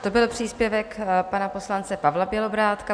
To byl příspěvek pana poslance Pavla Bělobrádka.